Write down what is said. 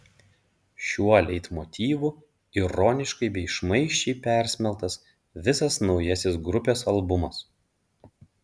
šiuo leitmotyvu ironiškai bei šmaikščiai persmelktas visas naujasis grupės albumas